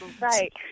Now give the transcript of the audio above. Right